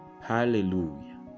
Hallelujah